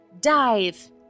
Dive